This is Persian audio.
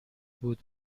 بود